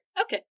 Okay